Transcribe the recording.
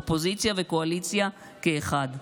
אופוזיציה וקואליציה כאחד.